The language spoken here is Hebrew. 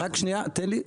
שנייה, תן לי.